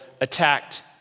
attacked